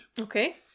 Okay